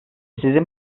sizin